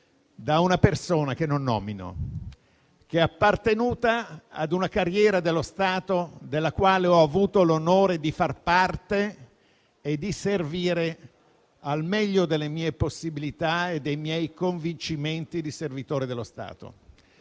da una persona che non nomino, che è appartenuta a una carriera della quale ho avuto l'onore di far parte e di servire al meglio delle mie possibilità e dei miei convincimenti di servitore dello Stato.